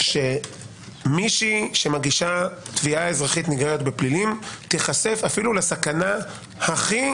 שמישהי שמגישה תביעה אזרחית נגררת בפלילים תיחשף אפילו לסכנה הכי